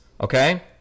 Okay